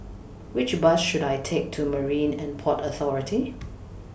Which Bus should I Take to Marine and Port Authority